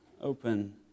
open